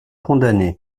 condamnés